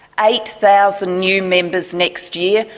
eight thousand new members next year,